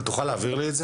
אשמח שתעביר לי.